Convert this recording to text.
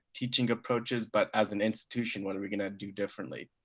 teaching approaches, but as an institution what are we going to do differently?